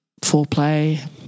foreplay